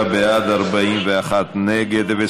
של חברי הכנסת יאיר לפיד,